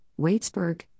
Waitsburg